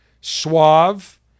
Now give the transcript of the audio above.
suave